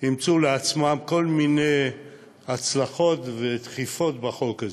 אימצו לעצמם כל מיני הצלחות ודחיפות בחוק הזה.